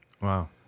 Wow